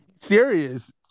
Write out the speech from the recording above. Serious